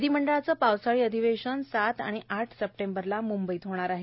विधिमंडळाचे पावसाळी अधिवेशनन सात आणि आठ सप्टेंबरला मुंबईत होणार आहे